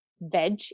veg